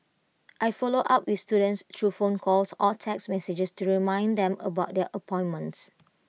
I follow up with students through phone calls or text messages to remind them about their appointments